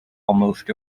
almost